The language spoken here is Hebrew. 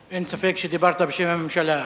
אין ספק שדיברת בשם הממשלה.